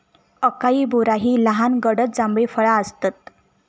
acai berry ही लहान गडद जांभळी फळा आसतत